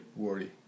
Worry